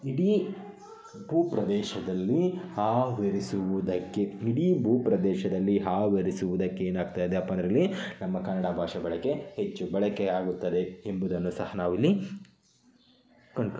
ಇಡೀ ಭೂಪ್ರದೇಶದಲ್ಲಿ ಆವರಿಸುವುದಕ್ಕೆ ಇಡೀ ಭೂಪ್ರದೇಶದಲ್ಲಿ ಆವರಿಸುವುದಕ್ಕೆ ಏನಾಗ್ತಾ ಇದೆಯಪ್ಪಾ ಅದರಲ್ಲಿ ನಮ್ಮ ಕನ್ನಡ ಭಾಷೆ ಬಳಕೆ ಹೆಚ್ಚು ಬಳಕೆಯಾಗುತ್ತದೆ ಎಂಬುದನ್ನು ಸಹ ನಾವಿಲ್ಲಿ ಕಂಡ್ಕೊ